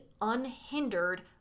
unhindered